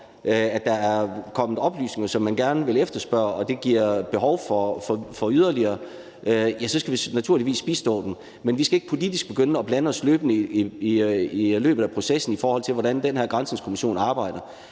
at der er kommet oplysninger, som man gerne vil efterspørge, og det skaber behov for yderligere, så skal vi naturligvis bistå den. Men vi skal ikke politisk begynde at blande os i løbet af processen, i forhold til hvordan den her granskningskommission arbejder.